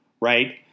right